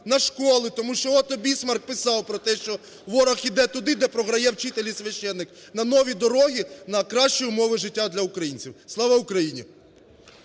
на школи, тому що Отто Бісмарк писав про те, що ворог йде туди, де програє вчитель і священик, на нові дороги, на кращі умови життя для українців. Слава Україні!